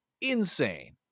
Insane